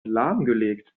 lahmgelegt